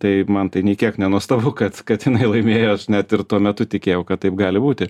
tai man tai nei kiek nenuostabu kad kad jinai laimėjo aš net ir tuo metu tikėjau kad taip gali būti